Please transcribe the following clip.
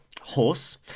horse